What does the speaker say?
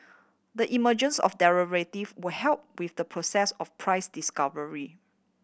the emergence of derivative will help with the process of price discovery